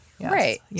Right